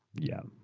yeah.